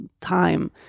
time